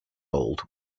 old